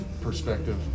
perspective